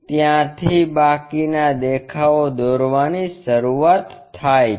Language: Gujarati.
ત્યાંથી બાકીના દેખાવો દોરવાની શરૂઆત થાય છે